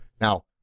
Now